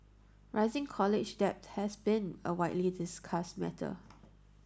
rising college debt has been a widely discussed matter